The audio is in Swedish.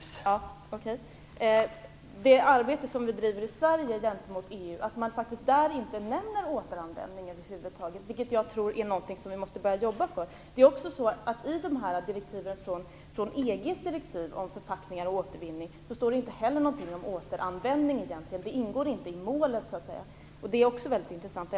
Fru talman! Det handlade om det arbete som vi i Sverige bedriver gentemot EU. Där nämner man inte återanvändning över huvud taget. Jag tror att det är något som vi måste börja arbeta för. I EG:s direktiv om förpackningar och återvinning står det inte heller någonting om återanvändning. Det ingår så att säga inte i målet. Det är också väldigt intressant.